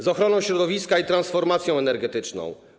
Co z ochroną środowiska i transformacją energetyczną?